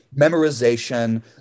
memorization